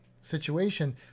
situation